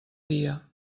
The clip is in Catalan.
dia